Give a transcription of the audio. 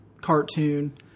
cartoon